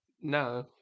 No